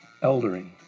eldering